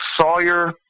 Sawyer